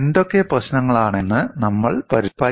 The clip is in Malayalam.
എന്തൊക്കെ പ്രശ്നങ്ങളാണെന്ന് നമ്മൾ പരിശോധിക്കും